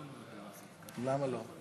יואל, מה זה